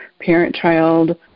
parent-child